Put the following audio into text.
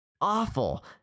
awful